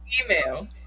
Email